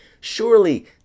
Surely